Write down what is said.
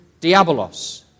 diabolos